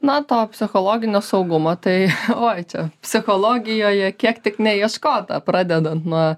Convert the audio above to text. na to psichologinio saugumo tai oj čia psichologijoje kiek tik neieškota pradedant nuo